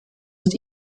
ist